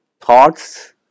Thoughts